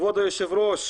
כבוד היושב-ראש,